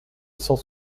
cent